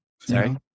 sorry